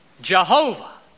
Jehovah